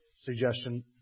suggestion